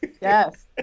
Yes